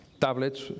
tablets